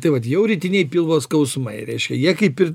tai vat jau rytiniai pilvo skausmai reiškia jie kaip ir